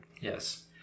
Yes